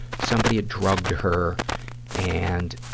somebody had drugged her and